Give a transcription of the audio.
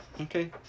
Okay